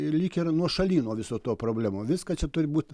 ir lyg ir nuošaly nuo viso to problemų viską čia turi būti